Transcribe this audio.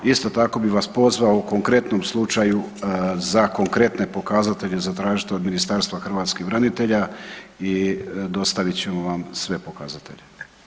Isto tako bi vas pozvao, u konkretnom slučaju za konkretne pokazatelje, zatražite od Ministarstva hrvatskih branitelja i dostavit ćemo vam sve pokazatelje.